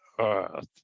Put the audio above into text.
earth